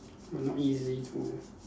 but not easy to